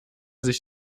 sich